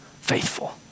faithful